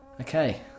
okay